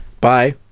Bye